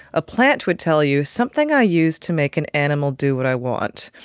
a plant would tell you something i use to make an animal do what i want.